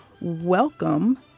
welcome